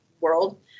world